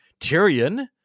Tyrion